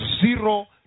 zero